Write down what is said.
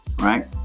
Right